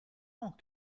ans